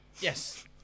Yes